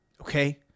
okay